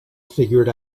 figured